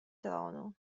trono